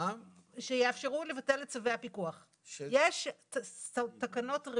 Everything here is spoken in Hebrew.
מאה אחוז מתקנות החובה שיאפשרו לבטל את צווי הפיקוח.